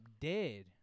dead